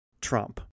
Trump